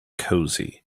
cosy